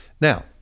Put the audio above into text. now